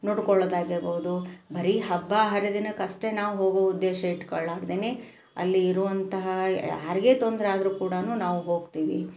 ನೋಡ್ಕೊಳ್ಳೊದಾಗಿರ್ಬೋದು ಬರೀ ಹಬ್ಬ ಹರಿದಿನಕ್ಕಷ್ಟೆ ನಾವು ಹೋಗೋ ಉದ್ದೇಶ ಇಟ್ಕೊಳ್ಲಾಗ್ದೆ ಅಲ್ಲಿ ಇರುವಂತಹ ಯಾರಿಗೆ ತೊಂದರೆ ಆದರು ಕೂಡ ನಾವು ಹೋಗ್ತೀವಿ